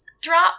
drop